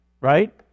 right